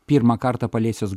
pirmą kartą paliesiaus